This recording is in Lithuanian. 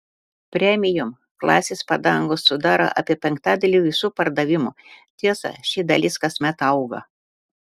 premium klasės padangos sudaro apie penktadalį visų pardavimų tiesa ši dalis kasmet auga